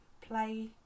play